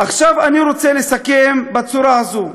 עכשיו, אני רוצה לסכם בצורה הזאת,